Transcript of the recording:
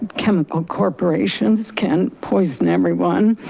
chemical corporations can poison everyone.